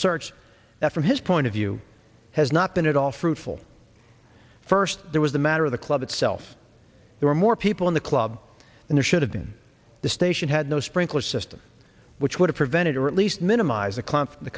search that from his point of view has not been at all fruitful first there was the matter of the club itself there were more people in the club and there should have been the station had no sprinkler system which would have prevented or at least minimize the